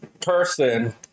person